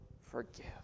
forgive